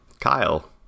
Kyle